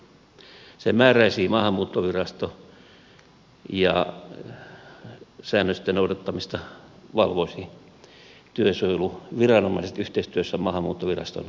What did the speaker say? sen määräisi maahanmuuttovirasto ja säännösten noudattamista valvoisivat työsuojeluviranomaiset yhteistyössä maahanmuuttoviraston kanssa